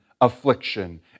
affliction